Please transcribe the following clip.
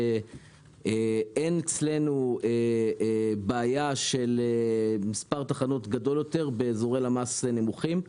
אין אצלנו בעיה של מספר תחנות גדול יותר באזורי למ"ס נמוכים.